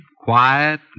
Quiet